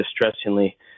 distressingly